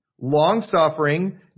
long-suffering